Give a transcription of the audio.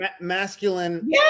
Masculine